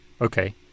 Okay